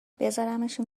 بزارمشون